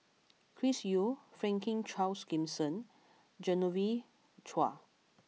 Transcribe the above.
Chris Yeo Franklin Charles Gimson Genevieve Chua